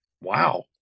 wow